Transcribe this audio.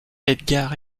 edgar